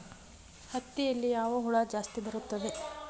ಹತ್ತಿಯಲ್ಲಿ ಯಾವ ಹುಳ ಜಾಸ್ತಿ ಬರುತ್ತದೆ?